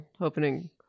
opening